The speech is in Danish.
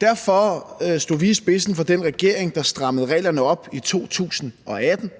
Derfor stod vi i spidsen for den regering, der strammede reglerne op i 2018,